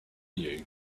you